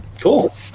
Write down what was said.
Cool